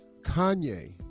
Kanye